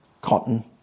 Cotton